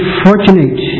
fortunate